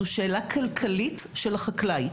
זו שאלה כלכלית של החקלאי.